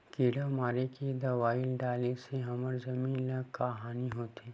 किड़ा मारे के दवाई डाले से हमर जमीन ल का हानि होथे?